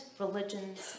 religions